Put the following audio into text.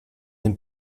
den